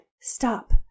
Stop